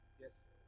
yes